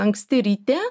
anksti ryte